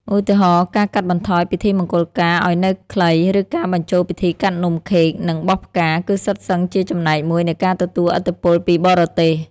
ឧទាហរណ៍ ការកាត់បន្ថយពិធីមង្គលការឱ្យនៅខ្លី ឬការបញ្ចូលពិធីកាត់នំខេក និងបោះផ្កា គឺសុទ្ធសឹងជាចំណែកមួយនៃការទទួលឥទ្ធិពលពីបរទេស។